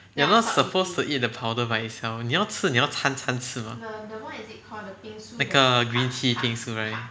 you're not supposed to eat the powder by itself 你要吃你要掺掺的吃 mah 那个 green tea bingsu right